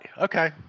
Okay